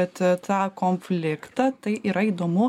at tą konfliktą tai yra įdomu